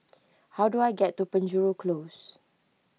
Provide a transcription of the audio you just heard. how do I get to Penjuru Close